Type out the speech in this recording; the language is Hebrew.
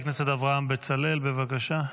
חבר הכנסת אברהם בצלאל, בבקשה.